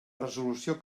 resolució